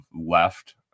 left